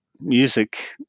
music